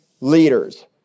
leaders